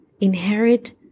inherit